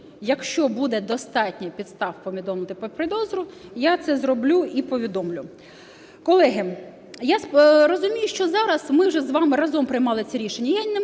якщо буде достатньо підстав, повідомити про підозру, я це зроблю і повідомлю. Колеги, я розумію, що зараз ми вже з вами разом приймали це рішення і я не маю